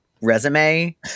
resume